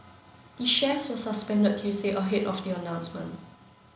the shares were suspended Tuesday ahead of the announcement